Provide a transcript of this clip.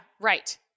right